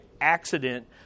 accident